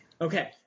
Okay